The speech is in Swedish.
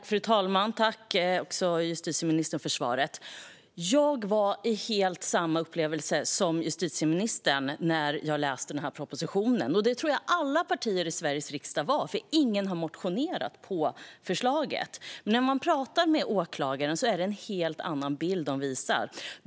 Fru talman! Tack, justitieministern, för svaret! Jag hade helt och hållet samma upplevelse som justitieministern när jag läste propositionen. Det tror jag att alla partier i Sveriges riksdag hade, för ingen har motionerat med anledning av förslaget. När man pratar med åklagarna är det en helt annan bild de visar.